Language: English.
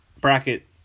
bracket